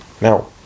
Now